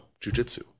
jujitsu